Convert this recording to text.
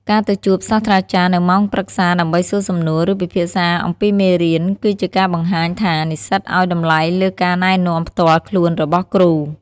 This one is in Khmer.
ការទៅជួបសាស្រ្តាចារ្យនៅម៉ោងប្រឹក្សាដើម្បីសួរសំណួរ ឬពិភាក្សាអំពីមេរៀន គឺជាការបង្ហាញថា និស្សិតឱ្យតម្លៃលើការណែនាំផ្ទាល់ខ្លួនរបស់គ្រូ។